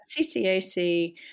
CCAC